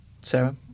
Sarah